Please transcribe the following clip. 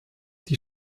die